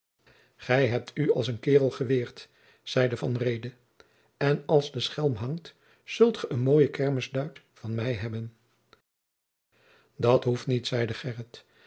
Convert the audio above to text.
gij hebt u als een kaerel geweerd zeide van reede en als de schelm hangt zult ge een mooien kermisduit van mij hebben dat hoeft niet zeide